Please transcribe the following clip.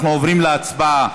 אנחנו עוברים להצבעה.